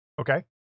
Okay